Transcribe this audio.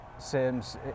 sims